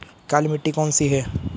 काली मिट्टी कौन सी है?